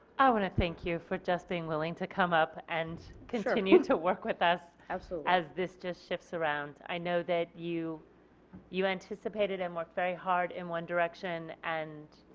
i want to thank you for just being willing to come up and continue to work with us so as this just shifts around. i know that you you anticipated and worked very hard in one direction and